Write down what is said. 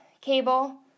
cable